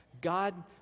God